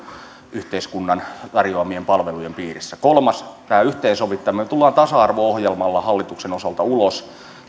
yhteiskunnan tarjoamien palvelujen piirissä kolmanneksi tämä yhteensovittaminen me tulemme tasa arvo ohjelmalla hallituksen osalta ulos